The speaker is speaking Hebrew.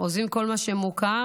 עוזבים כל מה שמוכר,